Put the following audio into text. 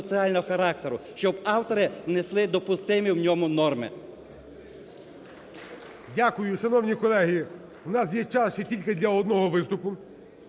Дякую. Шановні колеги, в нас є час ще тільки для одного виступу.